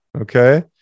Okay